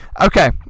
Okay